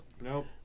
Nope